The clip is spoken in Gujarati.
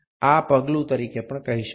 આ પગલું તરીકે પણ કહી શકાય